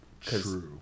true